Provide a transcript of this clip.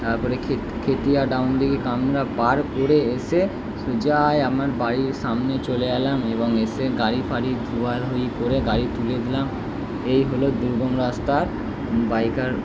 তারপরে ক্ষেতিয়া দাউন দিঘি কামনাড়া পার করে এসে সোজাই আমার বাড়ির সামনে চলে এলাম এবং এসে গাড়ি ফাড়ি ধোয়াধুয়ি করে গাড়ি ধুয়ে দিলাম এই হলো দুর্গম রাস্তার বাইকার